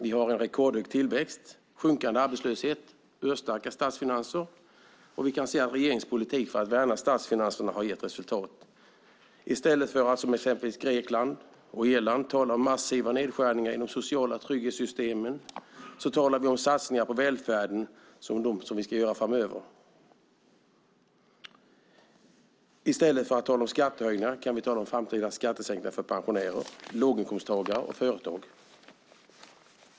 Vi har en rekordhög tillväxt, sjunkande arbetslöshet och urstarka statsfinanser. Vi kan se att regeringens politik för att värna statsfinanserna har gett resultat. I stället för att som exempelvis Grekland och Irland tala om massiva nedskärningar i de sociala trygghetssystemen talar vi om de satsningar på välfärden som vi ska göra framöver. I stället för att tala om skattehöjningar kan vi tala om framtida skattesänkningar för pensionärer, låginkomsttagare och företag.